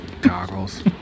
Goggles